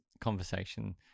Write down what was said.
conversation